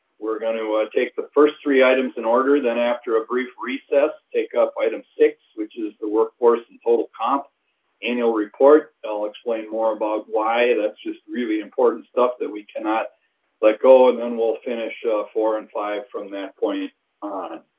we're going to ah take the first three items in order, then after a brief recess, take up item six, which is the workforce and total comp annual report. i'll explain more about why that's just really important stuff that we cannot let go and then we'll finish four and five from that point on,